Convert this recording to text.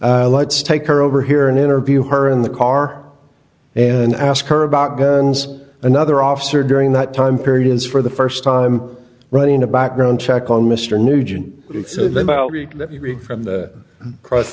begins let's take her over here and interview her in the car and ask her about guns another officer during that time period is for the st time running a background check on mr nugent let me read from the cross